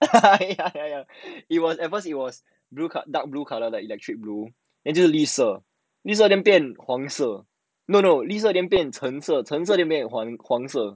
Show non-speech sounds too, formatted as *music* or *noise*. *laughs* ya ya it was at first it was blue dark blue colour that electric blue then 就绿色绿色 then 变黄色 no no 绿色 then 变橙色橙色 then 变黄色